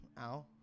ow